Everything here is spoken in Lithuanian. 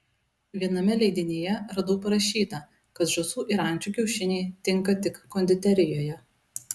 viename leidinyje radau parašyta kad žąsų ir ančių kiaušiniai tinka tik konditerijoje